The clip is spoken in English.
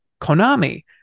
konami